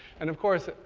and of course,